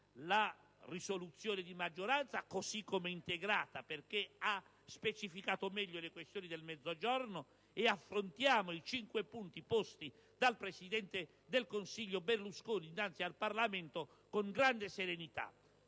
la risoluzione di maggioranza, così come integrata, perché ha specificato meglio le questioni del Mezzogiorno e affrontiamo i cinque punti posti dal presidente del Consiglio Berlusconi innanzi al Parlamento con grande serenità.